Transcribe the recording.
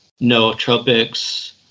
nootropics